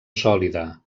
sòlida